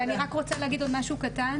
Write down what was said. אני רק רוצה להגיד עוד משהו קטן,